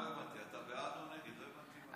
לא הבנתי, אתה בעד או נגד, לא הבנתי מה?